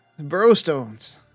Burrowstones